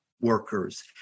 workers